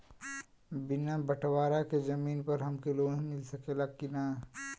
बिना बटवारा के जमीन पर हमके लोन मिल सकेला की ना?